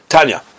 Tanya